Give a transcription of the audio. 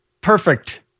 perfect